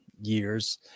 years